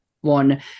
one